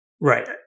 Right